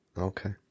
okay